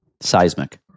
seismic